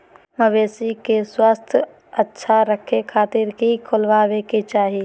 मवेसी के स्वास्थ्य अच्छा रखे खातिर की खिलावे के चाही?